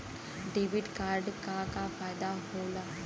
Debit card क का फायदा हो ला?